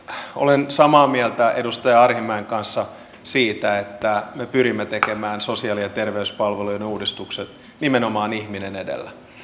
olen samaa mieltä edustaja arhinmäen kanssa siitä että me pyrimme tekemään sosiaali ja terveyspalvelujen uudistukset nimenomaan ihminen edellä ja